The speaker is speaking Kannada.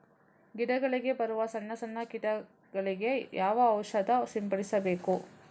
ಗಿಡಗಳಿಗೆ ಬರುವ ಸಣ್ಣ ಸಣ್ಣ ಕೀಟಗಳಿಗೆ ಯಾವ ಔಷಧ ಸಿಂಪಡಿಸಬೇಕು?